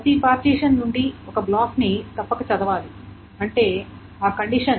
ప్రతి పార్టిషన్ నుండి ఒక బ్లాక్ ని తప్పక చదవాలి అంటే ఆ కండిషన్